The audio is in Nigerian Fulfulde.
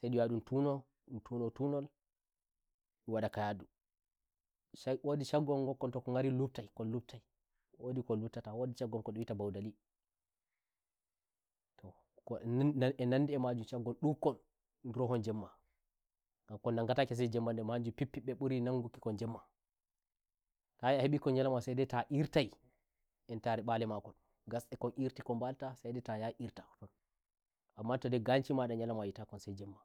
sai ndun yaha ndun tuno ndun tuno tunol ndun wanda ka yadusai womdi shaggon gokkon tokon ngari luptaiwondhi ko luttata wondhi shaggon kon dhun wi'ata bodalito ko a nandhi a majun shaggo ndukkon ndurohon jemma ngan kon nangatakosai jemma ndenma hanjum pippibbe mburi nangukk kon jemmatayi a he mbikon nyolaima sai dai ta irtai intare mbale makongasnde kon irti kon mbalata sai dai ta ya irtade ndon amma to dai ganshi ma nda nyaloima ayi takon sai jemma